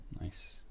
Nice